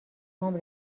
سهام